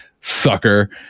sucker